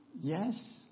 Yes